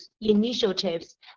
initiatives